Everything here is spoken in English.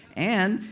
and,